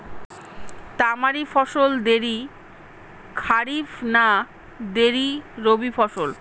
তামারি ফসল দেরী খরিফ না দেরী রবি ফসল?